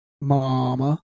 Mama